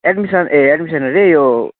admission ए admission अरे यो